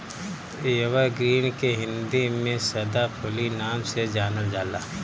evergreen के हिंदी में सदाफुली नाम से जानल जाला